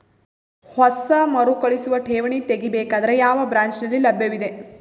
ಹೊಸ ಮರುಕಳಿಸುವ ಠೇವಣಿ ತೇಗಿ ಬೇಕಾದರ ಯಾವ ಬ್ರಾಂಚ್ ನಲ್ಲಿ ಲಭ್ಯವಿದೆ?